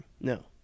No